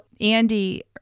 Andy